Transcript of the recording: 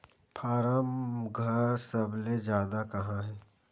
form घर सबले जादा कहां हे